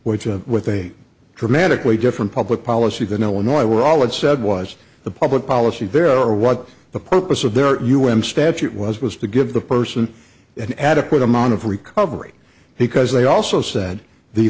which you have with a dramatically different public policy than illinois were all it said was the public policy there or what the purpose of their un statute was was to give the person an adequate amount of recovery because they also said the